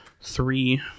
three